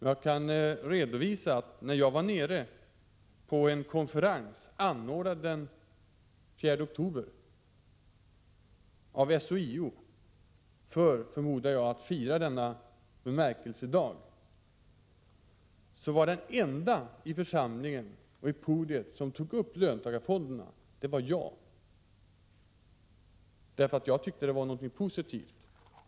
Jag kan redovisa att jag vid en konferens som SHIO anordnade den 4 oktober för att, förmodar jag, fira denna bemärkelsedag var jag den enda i församlingen som från podiet tog upp frågan om löntagarfonderna. Jag gjorde det därför att jag tyckte att detta var någonting positivt.